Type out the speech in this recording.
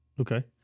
Okay